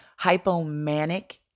hypomanic